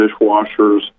dishwashers